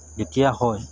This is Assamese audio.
যেতিয়া হয়